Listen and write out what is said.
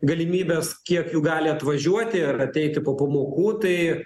galimybes kiek jų gali atvažiuoti ar ateiti po pamokų tai